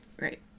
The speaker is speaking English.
right